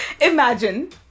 Imagine